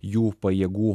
jų pajėgų